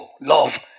Love